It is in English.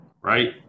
right